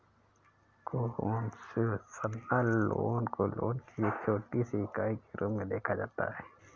concessional loan को loan की एक छोटी सी इकाई के रूप में देखा जाता है